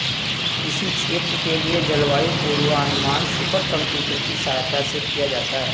किसी क्षेत्र के लिए जलवायु पूर्वानुमान सुपर कंप्यूटर की सहायता से किया जाता है